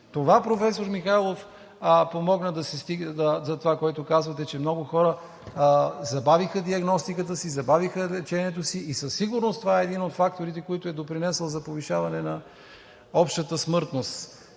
Това, професор Михайлов, помогна за това, което казвате, че много хора забавиха диагностиката си, забавиха лечението си и със сигурност това е един от факторите, който е допринесъл за повишаването на общата смъртност.